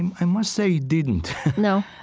i must say it didn't no?